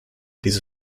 diese